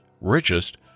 richest